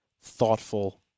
thoughtful